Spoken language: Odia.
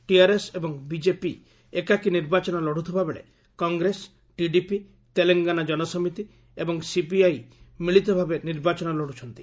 ଟିଆର୍ଏସ୍ ଏବଂ ବିଜେପି ଏକାକୀ ନିର୍ବାଚନ ଲଢ଼ୁଥିବାବେଳେ କଂଗ୍ରେସ ଟିଡିପି ତେଲେଙ୍ଗାନା ଜନସମିତି ଏବଂ ସିପିଆଇ ମିଳିତ ଭାବେ ନିର୍ବାଚନ ଲଢ୍ରୁଛନ୍ତି